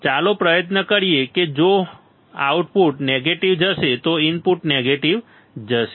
ચાલો પ્રયત્ન કરીએ કે જો આઉટપુટ નેગેટિવમાં જશે તો આઉટપુટ નેગેટિવ જશે